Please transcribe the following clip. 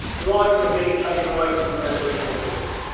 rights are getting taken away from the aboriginal people.